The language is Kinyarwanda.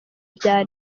bya